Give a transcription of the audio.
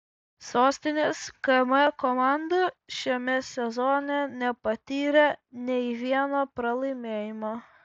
sostinės km komanda šiame sezone nepatyrė nei vieno pralaimėjimo